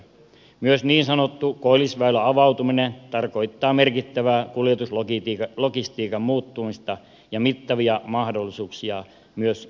myös niin sanottu koillisväylän avautuminen tarkoittaa merkittävää kuljetuslogistiikan muuttumista ja mittavia mahdollisuuksia myös suomelle